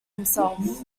himself